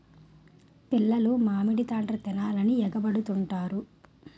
పిల్లలు మామిడి తాండ్ర తినాలని ఎగబడుతుంటారు